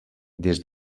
des